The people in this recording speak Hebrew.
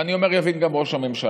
ואני אומר, יבין גם ראש הממשלה,